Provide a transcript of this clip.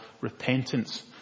repentance